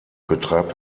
betreibt